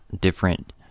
different